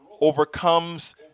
overcomes